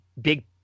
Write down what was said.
Big